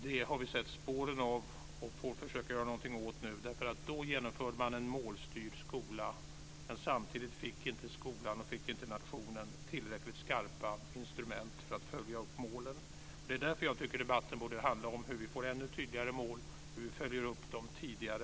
Det har vi sett spåren av, och det får vi försöka att göra någonting åt nu. Då införde man en målstyrd skola. Samtidigt fick inte skolan och nationen tillräckligt skarpa instrument för att följa upp målen. Det är därför som jag tycker att debatten borde handla om hur vi ska få ännu tydligare mål i skolan och hur vi ska följa upp dem tidigare.